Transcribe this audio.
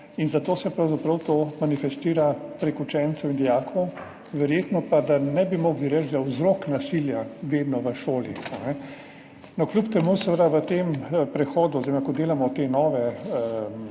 in zato se pravzaprav to manifestira prek učencev in dijakov, verjetno pa ne bi mogli reči, da je vzrok nasilja vedno v šoli. Kljub temu pa želimo seveda v tem prehodu oziroma ko delamo te nove